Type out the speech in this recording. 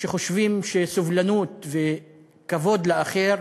שחושבים שסובלנות וכבוד לאחר